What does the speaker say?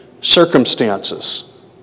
Circumstances